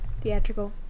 Theatrical